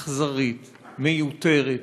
אכזרית, מיותרת,